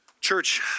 Church